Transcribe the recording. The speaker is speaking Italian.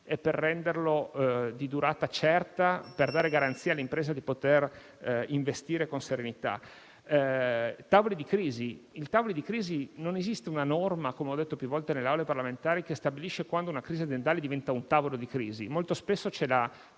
per renderlo di durata certa e dare garanzia all'impresa di poter investire con serenità. Per quanto riguarda i tavoli di crisi, non esiste una norma, come ho detto più volte nelle Aule parlamentari, che stabilisca quando una crisi aziendale diventa un tavolo di crisi. Molto spesso c'è la